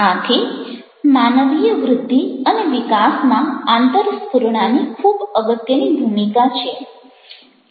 આથી માનવીય વૃદ્ધિ અને વિકાસમાં આંતરસ્ફુરણાની ખૂબ અગત્યની ભૂમિકા છે